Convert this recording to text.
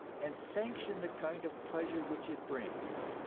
and sanction the kind of pleasure which it brings.